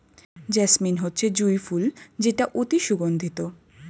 jasmine হচ্ছে জুঁই ফুল যেটা অতি সুগন্ধিত